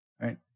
Right